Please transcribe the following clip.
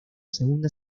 segunda